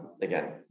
again